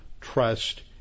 trust